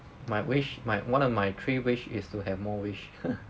my wish my one of my three wish is to have more wish